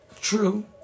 true